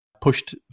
pushed